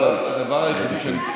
הדבר השני שאני אתייחס אליו, רבותיי.